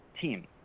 team